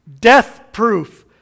death-proof